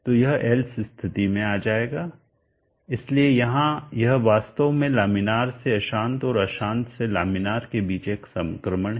तो यह else else अन्यथा स्थिति में आ जाएगा इसलिए यहाँ यह वास्तव में लामीनार से अशांत और अशांत से लामीनार के बीच एक संक्रमण है